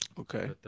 okay